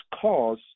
cause